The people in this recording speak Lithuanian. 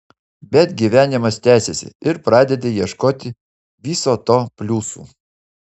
bet gyvenimas tęsiasi ir pradedi ieškoti viso to pliusų